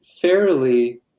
fairly